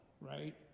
right